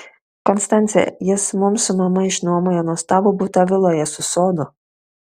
konstance jis mums su mama išnuomojo nuostabų butą viloje su sodu